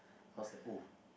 I was like oh